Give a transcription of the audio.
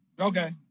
okay